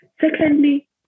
Secondly